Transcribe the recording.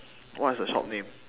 what is the shop name